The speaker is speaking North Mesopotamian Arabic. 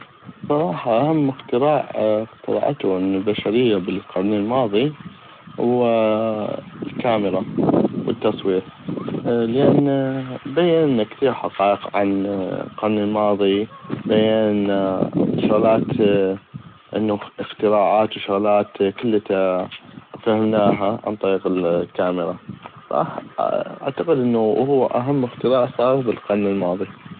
صراحة اهم اختراع اخترعتو البشرية بل القرن الماضي هو الكامرة والتصوير لان بين كثيغ حقائق عن القرن الماضي بين شغلات انو اختراعات وشغلات كلتا فهمناها عن طريق الكامرة غاح اعتقد انو هو اهم اختراع صار بل القرن الماضي.